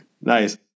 Nice